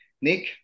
Nick